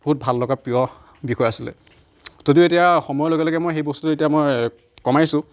বহুত ভাল লগা প্ৰিয় বিষয় আছিলে যদিও এতিয়া সময়ৰ লগে লগে মই সেই বস্তুটো এতিয়া মই কমাইছোঁ